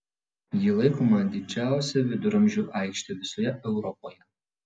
ji laikoma didžiausia viduramžių aikšte visoje europoje